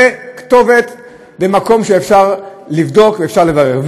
וכתובת של מקום שאפשר לבדוק ואפשר לברר.